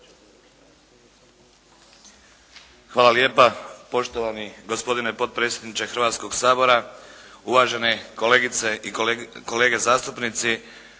Hvala lijepa poštovani gospodine potpredsjedniče Hrvatskog sabora, uvažene kolegice i kolege zastupnici.